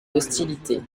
hostilités